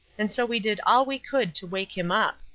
and so we did all we could to wake him up.